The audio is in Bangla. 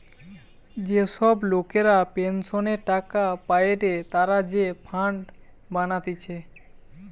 যে সব লোকরা পেনসনের টাকা পায়েটে তারা যে ফান্ড বানাতিছে